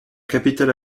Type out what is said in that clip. capitale